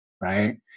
right